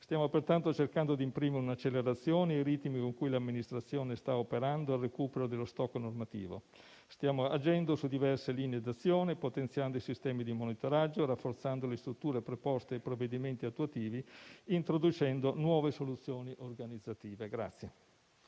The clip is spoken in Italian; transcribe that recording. Stiamo pertanto cercando di imprimere un'accelerazione ai ritmi con cui l'amministrazione sta operando al recupero dello *stock* normativo. Stiamo agendo su diverse linee d'azione, potenziando i sistemi di monitoraggio, rafforzando le strutture preposte ai provvedimenti attuativi introducendo nuove soluzioni organizzative.